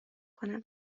کنم